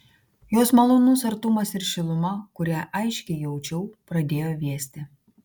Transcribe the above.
jos malonus artumas ir šiluma kurią aiškiai jaučiau pradėjo vėsti